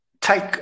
take